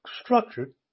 structured